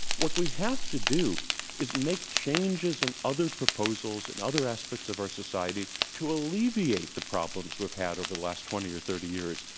what we have to do is make changes and other proposals and other aspects of our society to alleviate the problems we've had over the last twenty or thirty years,